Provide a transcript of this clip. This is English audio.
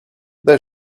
they